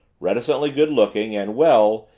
reticently good-looking and well,